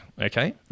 Okay